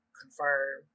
confirm